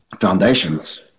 foundations